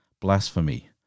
Blasphemy